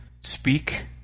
speak